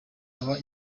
aba